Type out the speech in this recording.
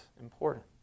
important